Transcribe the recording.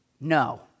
no